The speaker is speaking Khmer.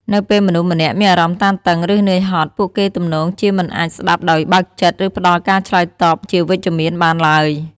នៅពេលមនុស្សម្នាក់មានអារម្មណ៍តានតឹង ឬនឿយហត់ ពួកគេទំនងជាមិនអាចស្ដាប់ដោយបើកចិត្ត ឬផ្ដល់ការឆ្លើយតបជាវិជ្ជមានបានឡើយ។